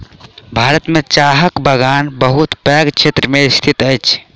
भारत में चाहक बगान बहुत पैघ क्षेत्र में स्थित अछि